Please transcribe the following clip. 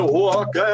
walk